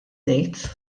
ngħid